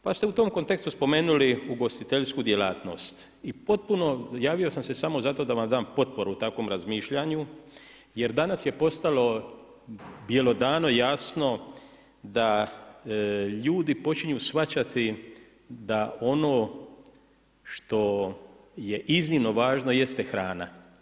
Pa ste u tom kontekstu spomenuli ugostiteljsku djelatnost i potpuno javio sam se samo zato da vam dam potporu takvom razmišljanju, jer danas je postalo bjelodano jasno da ljudi počinju shvaćati da ono što je iznimno važno jeste hrana.